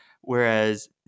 Whereas